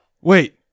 Wait